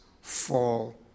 fall